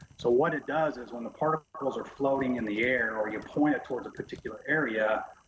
so what it does is when the particles are floating in the air, or you point it towards a particular area,